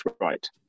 right